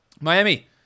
Miami